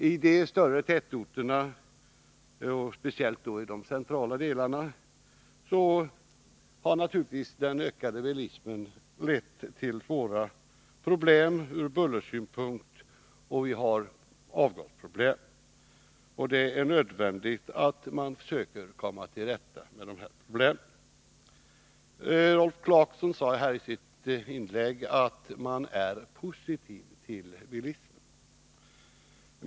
I de större tätorterna, speciellt i de centrala delarna, har naturligtvis den ökade bilismen lett till svåra problem ur bullersynpunkt, och vi har även avgasproblem. Det är nödvändigt att man försöker komma till rätta med dessa problem. Rolf Clarkson sade i sitt inlägg att moderaterna är positiva till bilismen.